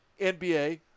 NBA